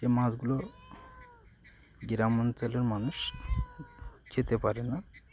সে মাছগুলো গ্রাম অঞ্চলের মানুষ খেতে পারে না